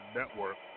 network